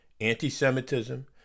anti-Semitism